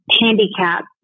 handicap